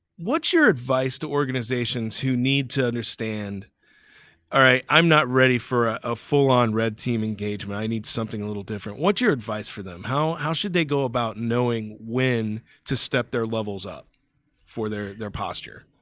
what's your advice to organizations who need to understand alright, i'm not ready for a full-on red team engagement. i need something a little different. what's your advice for them? how how should they go about know when to step their levels up for their their posture?